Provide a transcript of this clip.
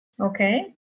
Okay